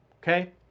okay